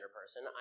person